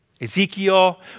Ezekiel